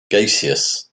gaseous